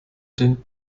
den